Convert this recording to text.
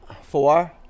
Four